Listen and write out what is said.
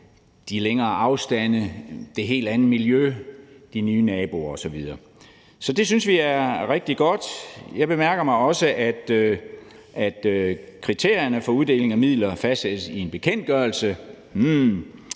de længere afstande, det helt andet miljø, de nye naboer osv. Så det synes vi er rigtig godt. Jeg bemærker også, at kriterierne for uddeling af midler fastsættes i en bekendtgørelse,